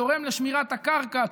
תורם לשמירת הקרקע,